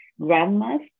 grandma's